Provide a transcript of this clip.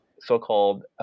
so-called